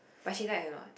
but she like anot